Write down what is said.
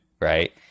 right